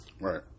Right